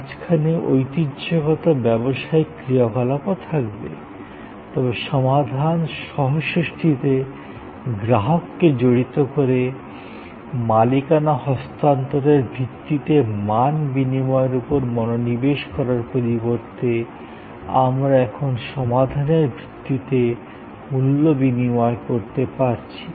মাঝখানে ঐতিহ্যগত ব্যবসায়িক ক্রিয়াকলাপও থাকবে তবে সমাধান সহ সৃষ্টিতে গ্রাহককে জড়িত করে মালিকানা হস্তান্তরের ভিত্তিতে মান বিনিময়ের উপর মনোনিবেশ করার পরিবর্তে আমরা এখন সমাধানের ভিত্তিতে মূল্য বিনিময় করতে পারছি